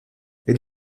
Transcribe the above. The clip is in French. elle